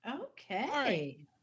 Okay